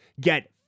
get